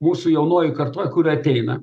mūsų jaunojoj kartoj kur ateina